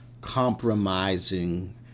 compromising